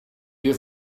wir